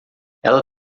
ela